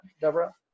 Deborah